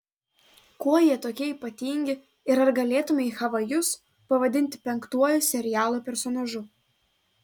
kuo jie tokie ypatingi ir ar galėtumei havajus pavadinti penktuoju serialo personažu